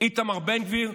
איתמר בן גביר,